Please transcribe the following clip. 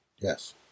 Yes